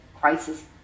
crisis